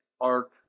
Arc